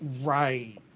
Right